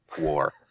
war